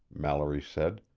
mallory said.